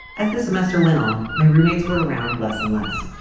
as the semester went on, my roommates were around less and less.